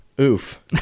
Oof